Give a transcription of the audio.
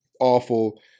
awful